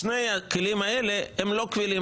לפי חוות הדעת הזאת שני הכלים האלה הם לא קבילים.